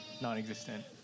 non-existent